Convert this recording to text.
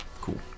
Cool